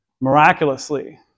miraculously